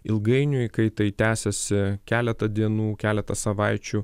ilgainiui kai tai tęsiasi keletą dienų keletą savaičių